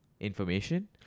information